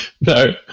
No